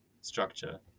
structure